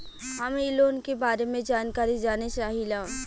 हम इ लोन के बारे मे जानकारी जाने चाहीला?